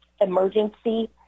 emergency